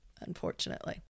unfortunately